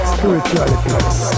Spirituality